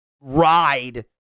ride